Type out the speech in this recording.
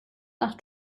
nach